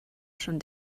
schon